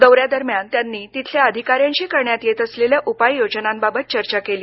दौऱ्यादरम्यान त्यांनी तिथल्या अधिकाऱ्यांशी करण्यात येत असलेल्या उपाययोजनांबाबत चर्चा केली